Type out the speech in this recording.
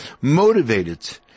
motivated